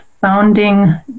founding